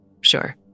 Sure